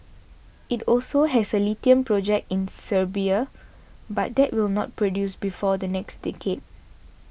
it also has a lithium project in Serbia but that will not produce before the next decade